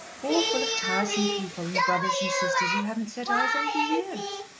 all full of tiresome people, and brothers and sisters you hadn't set eyes on for years.